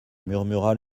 murmura